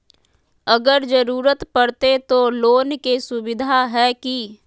अगर जरूरत परते तो लोन के सुविधा है की?